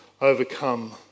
overcome